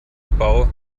abbau